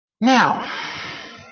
Now